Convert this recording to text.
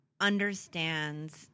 understands